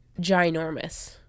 ginormous